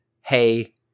hey